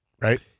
right